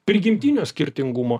prigimtinio skirtingumo